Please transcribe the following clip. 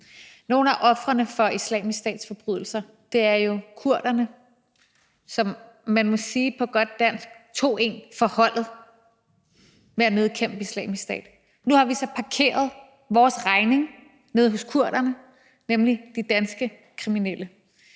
Nogle af ofrene for Islamisk Stats forbrydelser er jo kurderne, som man på godt dansk må sige tog en for holdet ved at nedkæmpe Islamisk Stat. Nu har vi så parkeret vores regning nede hos kurderne, nemlig de danske kriminelle.